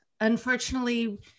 unfortunately